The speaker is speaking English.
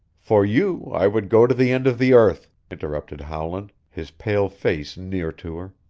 for you i would go to the end of the earth! interrupted howland, his pale face near to her.